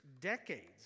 decades